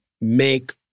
make